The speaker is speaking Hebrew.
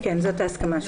כן, זאת הסכמה שלנו.